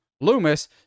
Loomis